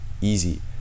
easy